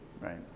right